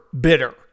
bitter